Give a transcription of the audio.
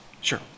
sure